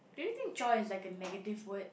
do you think chore is like a negative word